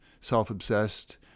self-obsessed